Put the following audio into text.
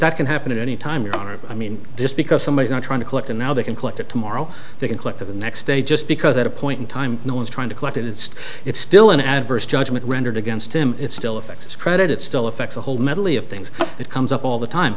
that can happen at any time your honor but i mean just because somebody's not trying to collect and now they can collect it tomorrow they can click to the next day just because at a point in time no one's trying to collect it it's just it's still an adverse judgment rendered against him it still affects his credit it still affects the whole metally of things it comes up all t